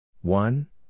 one